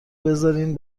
بذارین